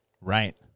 Right